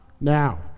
Now